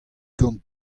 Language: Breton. gant